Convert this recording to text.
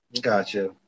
Gotcha